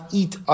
eat